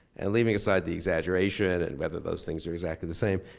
and leaving aside the exaggeration and whether those things are exactly the same,